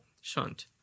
shunt